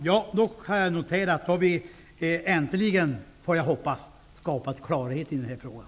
Fru talman! Jag kan notera att vi äntligen -- får jag hoppas -- har skapat klarhet i den här frågan.